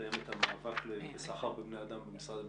מתאמת המאבק בסחר בבני אדם במשרד המשפטים.